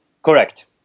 Correct